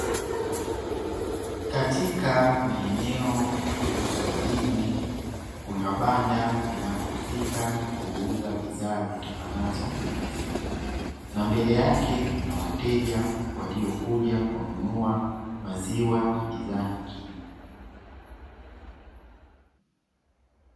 Katika maeneo ya uswahilini, Kuna banda linalohusika kuuza bidhaa zitokanazo na maziwa, na mbele yake Kuna wateja waliokuja kununua maziwa na bidhaa nyingine.